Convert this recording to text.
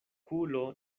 kulo